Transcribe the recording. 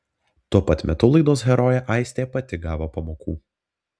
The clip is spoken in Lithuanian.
tuo pat metu laidos herojė aistė pati gavo pamokų